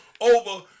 over